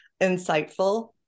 insightful